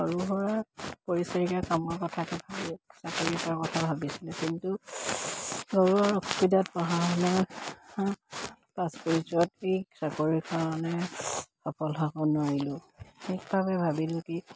সৰু সুৰা পৰিচাৰিকা কামৰ কথাটো ভাবো চাকৰি কৰাৰ কথা ভাবিছিলোঁ কিন্তু ঘৰুৱা অসুবিধাত পঢ়া শুনা পাছ কি চাকৰিৰ কাৰণে সফল হ'ব নোৱাৰলোঁ ভাবিলোঁ কি